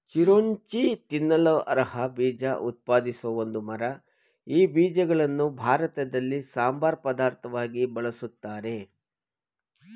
ಚಿರೋಂಜಿ ತಿನ್ನಲರ್ಹ ಬೀಜ ಉತ್ಪಾದಿಸೋ ಒಂದು ಮರ ಈ ಬೀಜಗಳನ್ನು ಭಾರತದಲ್ಲಿ ಸಂಬಾರ ಪದಾರ್ಥವಾಗಿ ಬಳುಸ್ತಾರೆ